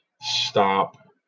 stop